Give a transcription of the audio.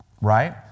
right